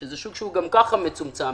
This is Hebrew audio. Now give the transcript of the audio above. שזה שוק שכך גם הוא מצומצם,